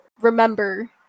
remember